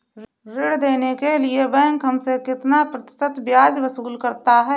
ऋण देने के लिए बैंक हमसे कितना प्रतिशत ब्याज वसूल करता है?